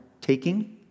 taking